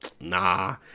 nah